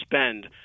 spend